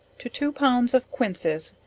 to two pounds of quinces,